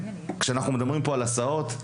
כשאנחנו מדברים על הסעות,